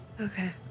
Okay